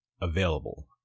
available